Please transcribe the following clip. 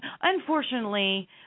unfortunately